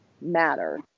matter